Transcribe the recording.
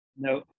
No